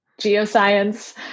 geoscience